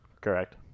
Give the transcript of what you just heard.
Correct